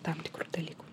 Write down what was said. tam tikrų dalykų